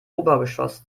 obergeschoss